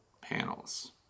panels